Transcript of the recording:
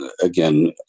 Again